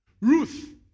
Ruth